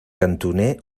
cantoner